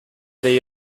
they